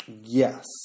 Yes